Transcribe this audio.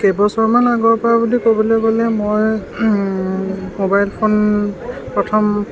কেইবছৰমান আগৰ পৰা বুলি ক'বলৈ গ'লে মই মোবাইল ফোন প্ৰথম